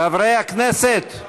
חברי הכנסת,